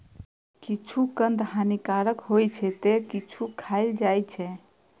किछु कंद हानिकारक होइ छै, ते किछु खायल जाइ छै